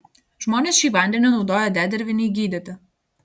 žmonės šį vandenį naudoja dedervinei gydyti